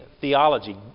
theology